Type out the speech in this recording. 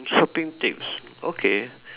shopping tips okay